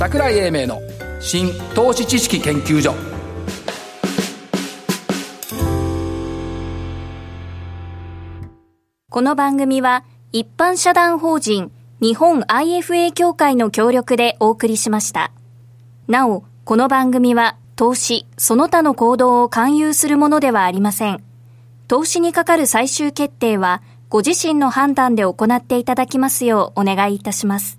桜井英明の新投資知識研究所。この番組は、一般社団法人日本IFA協会の協力でお送りしました。なお、この番組は、投資その他の行動を勧誘するものではありません。投資にかかる最終決定は、ご自身の判断で行っていただきますようお願いいたします。